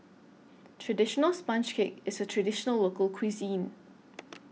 Traditional Sponge Cake IS A Traditional Local Cuisine